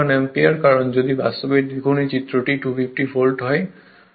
কারণ যদি বাস্তবে দেখুন এই চিত্রটি এটি 250 ভোল্ট হয়